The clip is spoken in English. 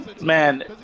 Man